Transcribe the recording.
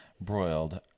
broiled